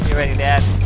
ready dad.